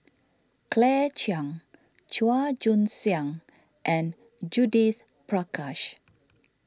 Claire Chiang Chua Joon Siang and Judith Prakash